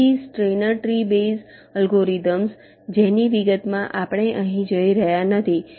તેથી Steiner tree based algorithms જેની વિગતમાં આપણે અહીં જઈ રહ્યા નથી